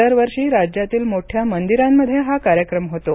दरवर्षी राज्यातील मोठ्या मंदिरांमध्ये हा कार्यक्रम होतो